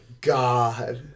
God